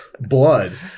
blood